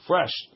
Fresh